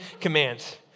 commands